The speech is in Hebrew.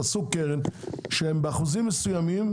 תעשו קרן שבאחוזים מסוימים,